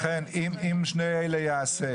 לכן אם שני אלה ייעשו